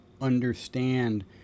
understand